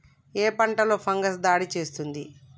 ఏ పంటలో ఫంగస్ దాడి చేస్తుంది?